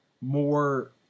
more